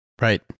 Right